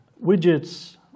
widgets